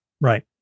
Right